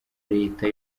leta